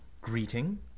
greeting